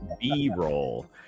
b-roll